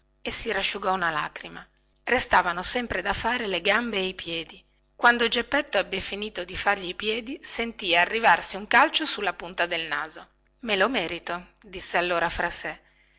e si rasciugò una lacrima restavano sempre da fare le gambe e i piedi quando geppetto ebbe finito di fargli i piedi sentì arrivarsi un calcio sulla punta del naso me lo merito disse allora fra sé